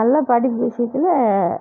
நல்லா படிப்பு விஷயத்துல